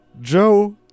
Joe